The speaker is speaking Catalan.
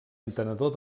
entenedor